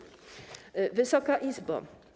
Wysoka Izbo!